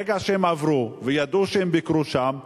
ברגע שהם עברו, וידעו שהם ביקרו שם,